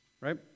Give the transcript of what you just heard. right